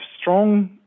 strong